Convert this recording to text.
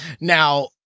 Now